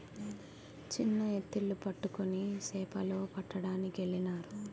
చిన్న ఎత్తిళ్లు పట్టుకొని సేపలు పట్టడానికెళ్ళినారు